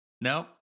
No